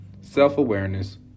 self-awareness